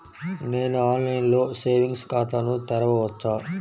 నేను ఆన్లైన్లో సేవింగ్స్ ఖాతాను తెరవవచ్చా?